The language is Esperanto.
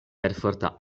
perforta